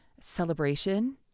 celebration